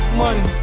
money